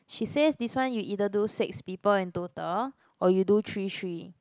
she says this one you either do six people in total or you do three three